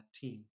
team